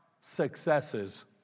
successes